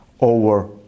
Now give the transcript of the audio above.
over